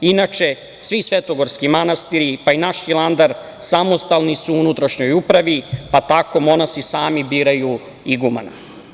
Inače, svi svetogorski manastiri, pa i naš Hilandar samostalni su u unutrašnjoj upravi, pa tako monasi sami biraju igumana.